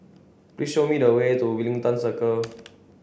please show me the way to Wellington Circle